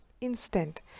instant